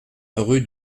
rue